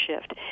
shift